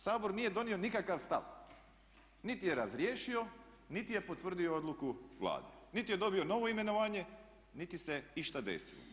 Sabor nije donio nikakav stav, niti je razriješio, niti je potvrdio odluku Vladu, niti je dobio novo imenovanje, niti se išta desilo.